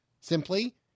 simply